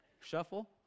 shuffle